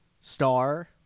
star